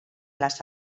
las